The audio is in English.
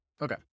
Okay